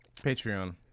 Patreon